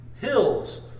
hills